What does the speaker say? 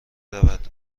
رود